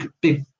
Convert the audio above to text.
big